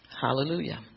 Hallelujah